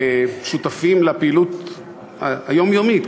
שותפים לפעילות היומיומית,